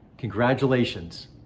congratulations.